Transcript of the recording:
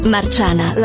Marciana